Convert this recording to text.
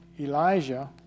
Elijah